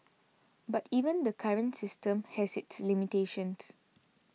but even the current system has its limitations